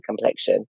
complexion